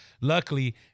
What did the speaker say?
luckily